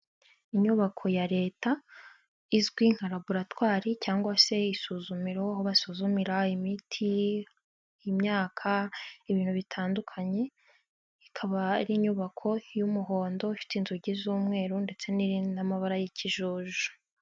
Inyubako ya leta izwi nka laboratwari cyangwa se isuzumiro aho basuzumira imiti, imyaka ibintu bitandukanye ikaba ari inyubako y'umuhondo ifite inzugi z'umweru ndetse n'andi n'amabara y'ikijuju.